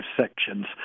sections